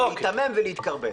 להיתמם ולהתכרבל.